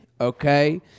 okay